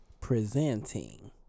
Presenting